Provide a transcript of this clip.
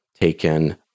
taken